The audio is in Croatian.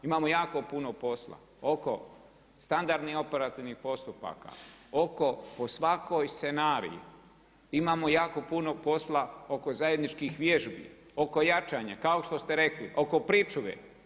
Imamo jako puno posla oko standardnih operativnih postupaka, oko po svakoj scenariji, imamo jako puno posla oko zajedničkih vježbi, oko jačanja, kao što ste rekli oko pričuve.